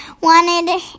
wanted